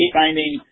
finding